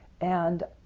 and